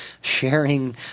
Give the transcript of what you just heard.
sharing